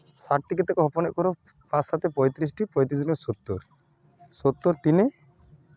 ᱥᱟᱛᱴᱤ ᱠᱟᱛᱮᱫ ᱠᱚ ᱦᱚᱯᱚᱱᱮᱫ ᱠᱚ ᱨᱮᱦᱚᱸ ᱯᱟᱸᱪ ᱥᱟᱛᱮ ᱯᱚᱸᱭᱛᱨᱤᱥᱴᱤ ᱯᱚᱸᱭᱛᱨᱤᱥ ᱫᱩᱜᱽᱱᱮ ᱥᱳᱛᱛᱳᱨ ᱥᱳᱛᱛᱳᱨ ᱛᱤᱱᱮ